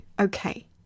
Okay